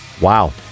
Wow